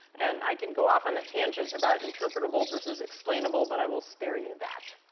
and i can go off on a tangent about interpretable versus explainable, but i will spare you that.